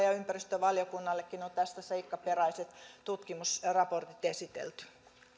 ja ympäristövaliokunnallekin on tästä seikkaperäiset tutkimusraportit esitelty